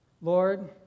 Lord